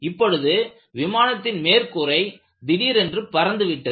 இப்பொழுது விமானத்தின் மேற்கூரை திடீரென்று பறந்துவிட்டது